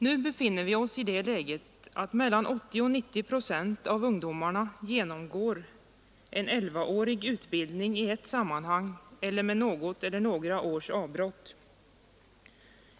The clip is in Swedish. Nu befinner vi oss i det läget att mellan 80 och 90 procent av ungdomarna genomgår en elvaårig utbildning i ett sammanhang eller med något eller några års avbrott.